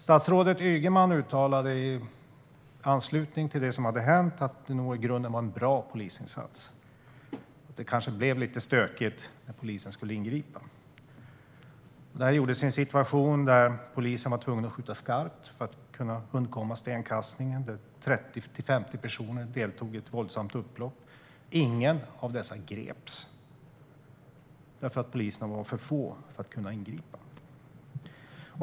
Statsrådet Ygeman uttalade i anslutning till det som hade hänt att det nog i grunden var en bra polisinsats. Det kanske blev lite stökigt när polisen skulle ingripa. Detta gjordes i en situation där polisen var tvungen att skjuta skarpt för att kunna undkomma stenkastningen. 30-50 personer deltog i ett våldsamt upplopp. Ingen av dessa greps. Poliserna var för få för att kunna ingripa.